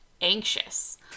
Anxious